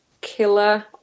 killer